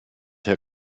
herr